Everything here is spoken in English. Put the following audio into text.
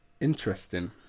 Interesting